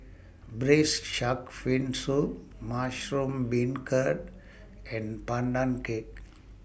Braised Shark Fin Soup Mushroom Beancurd and Pandan Cake